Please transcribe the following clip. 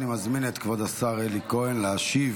אני מזמין את כבוד השר אלי כהן להשיב